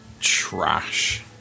trash